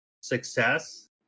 success